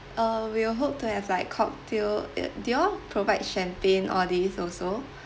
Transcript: uh we were hope to have like cocktail uh do you all provide champagne all these also